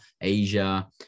Asia